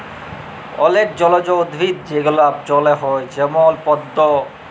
অলেক জলজ উদ্ভিদ যেগলা জলে হ্যয় যেমল পদ্দ